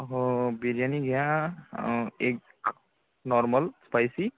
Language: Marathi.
हो बिर्याणी घ्या एक नॉर्मल स्पायसी